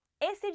esse